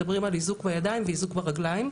מדברים על איזוק בידיים ואיזוק ברגליים.